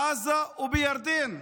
בעזה ובירדן.